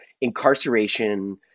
incarceration